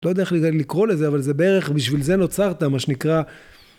לא יודע איך זה.. לקרוא לזה, אבל זה בערך בשביל זה נוצרת, מה שנקרא...